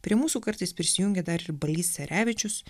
prie mūsų kartais prisijungia dar ir balys serevičius